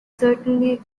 certainly